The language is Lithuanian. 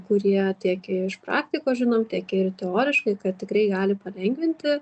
kurie tiek iš praktikos žinau tiek ir teoriškai kad tikrai gali palengvinti